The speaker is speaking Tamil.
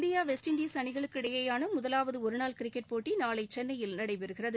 இந்தியா வெஸ்ட்இண்டீஸ் அணிகளுக்கு இடையிலான முதலாவது ஒரு நாள் கிரிக்கெட் போட்டி நாளை சென்னையில் நடைபெறுகிறது